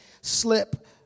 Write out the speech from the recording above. slip